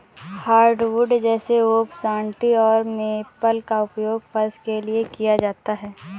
hardwood जैसे oak सन्टी और मेपल का उपयोग फर्श के लिए किया जाता है